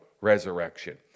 resurrection